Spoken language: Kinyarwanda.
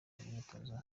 imyitozo